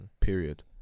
Period